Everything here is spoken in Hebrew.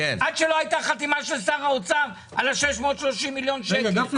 שהייתה חתימה של שר האוצר על ה-630 מיליון שקל.